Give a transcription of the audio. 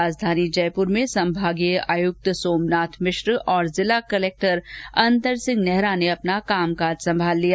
राजधानी जयपुर में संभागीय आयुक्त सोमनाथ मिश्र तथा जिला कलेक्टर अंतर सिंह नेहरा ने आज कामकाज संभाल लिया